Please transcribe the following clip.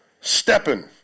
Stepping